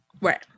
Right